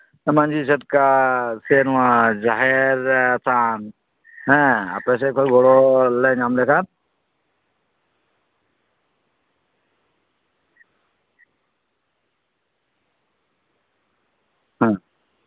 ᱢᱟᱺᱡᱷᱤ ᱪᱷᱟᱴᱠᱟ ᱥᱮ ᱱᱚᱶᱟ ᱡᱟᱦᱮᱨ ᱛᱷᱟᱱᱛ ᱦᱮᱸ ᱟᱯᱮ ᱥᱮᱫ ᱠᱷᱚᱱ ᱜᱚᱲᱚ ᱞᱮ ᱧᱟᱢ ᱞᱮᱠᱷᱟᱱ ᱦᱩᱸ